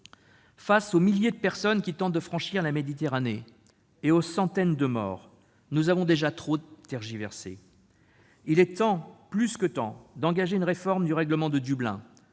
Face aux milliers de personnes qui tentent de franchir la Méditerranée et aux centaines de morts, nous avons déjà trop tergiversé. Il est plus que temps d'engager une réforme du règlement de Dublin,